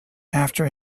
after